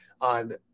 on